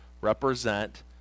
represent